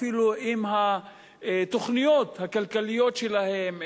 אפילו עם התוכניות הכלכליות שלהם,